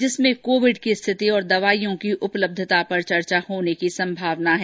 जिसमें कोविड की स्थिति और दवाईयों की उपलब्धता पर चर्चा होने की संभावना है